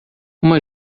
uma